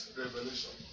revelation